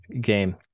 game